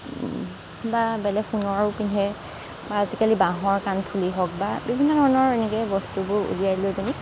বা বেলেগ সোণৰো পিন্ধে বা আজিকালি বাঁহৰ কাণফুলি হওঁক বা বিভিন্ন ধৰণৰ এনেকৈ বস্তুবোৰ ওলিয়াই লৈ পেনি